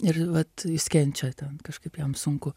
ir vat jis kenčia ten kažkaip jam sunku